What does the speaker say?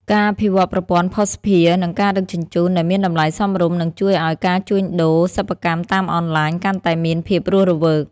ការអភិវឌ្ឍប្រព័ន្ធភស្តុភារ និងការដឹកជញ្ជូនដែលមានតម្លៃសមរម្យ នឹងជួយឱ្យការជួញដូរសិប្បកម្មតាមអនឡាញកាន់តែមានភាពរស់រវើក។